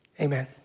Amen